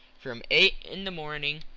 from eight in the morning,